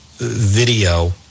video